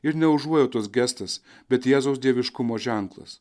ir ne užuojautos gestas bet jėzaus dieviškumo ženklas